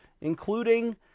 including